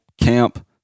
camp